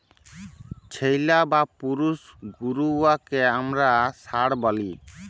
ছেইল্যা বা পুরুষ গরু উয়াকে আমরা ষাঁড় ব্যলি